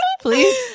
please